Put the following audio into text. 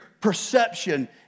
perception